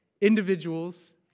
individuals